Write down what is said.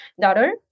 daughter